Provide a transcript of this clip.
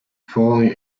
falling